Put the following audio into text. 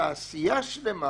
תעשייה שלמה